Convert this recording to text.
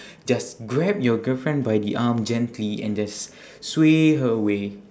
just grab your girlfriend by the arm gently and just sway her away